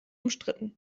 umstritten